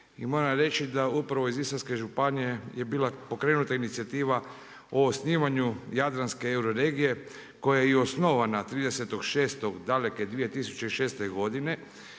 I moram reći da upravo iz Istarske županije je bila pokrenuta inicijativa o osnivanju Jadranske euroregije koja je i osnovana 30.06. dakle 2006. godine.